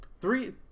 three